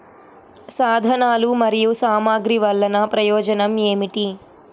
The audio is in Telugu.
సాధనాలు మరియు సామగ్రి వల్లన ప్రయోజనం ఏమిటీ?